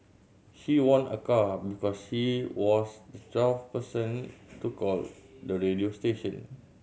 she won a car because she was the twelfth person to call the radio station